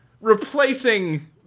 replacing